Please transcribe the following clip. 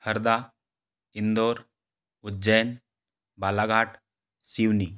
Harda Indore Ujjain Balaghat Seoni